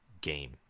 game